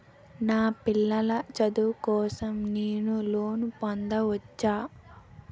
నా పిల్లల చదువు కోసం నేను లోన్ పొందవచ్చా?